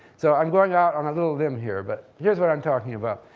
so i'm going out on a little limb here, but here's what i'm talking about.